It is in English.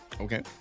Okay